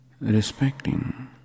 respecting